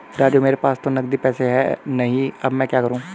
राजू मेरे पास तो नगदी पैसे है ही नहीं अब मैं क्या करूं